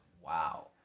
Wow